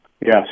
Yes